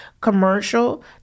commercial